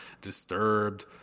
Disturbed